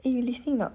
eh you listening not